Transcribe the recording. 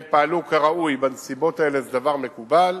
הם פעלו כראוי, בנסיבות האלה זה דבר מקובל.